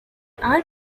are